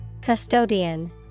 Custodian